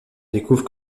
découvre